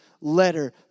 letter